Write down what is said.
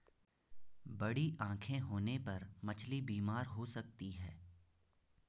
बड़ी आंखें होने पर मछली बीमार हो सकती है